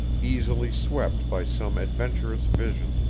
easily swept by some adventurous vision.